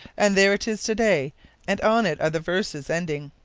and there it is to-day and on it are the verses ending,